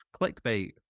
clickbait